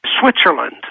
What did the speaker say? Switzerland